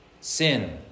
Sin